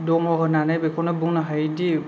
दङ होननानै बेखौनो बुंनो हायोदि